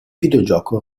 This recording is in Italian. videogioco